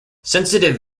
sensitive